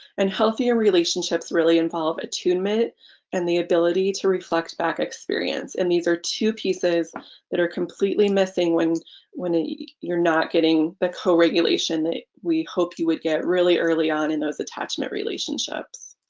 and healthier relationships really involve attunement and the ability to reflect back experience and these are two pieces that are completely missing when when you're not getting the co-regulation that we hope you would get really early on in those attachment relationships.